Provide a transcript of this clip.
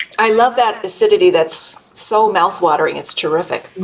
i love that acidity that's so mouth-watering. it's terrific.